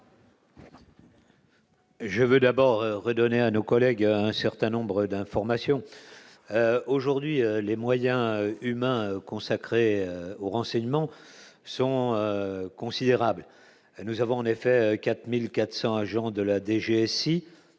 Je veux d'abord redonner à nos collègues, un certain nombre d'informations aujourd'hui les moyens humains consacrés au renseignement sont considérables : nous avons en effet 4400 agents de la DGSI